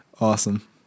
Awesome